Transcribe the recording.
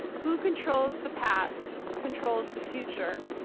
who controls the past controls the future.